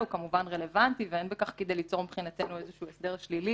הוא כמובן רלוונטי ואין בכך כדי ליצור מבחינתנו איזשהו הסדר שלילי,